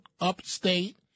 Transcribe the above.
upstate